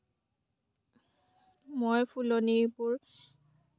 মই ফুলনিবোৰ